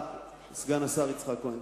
סגן השר יצחק כהן,